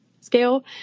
scale